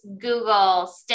Google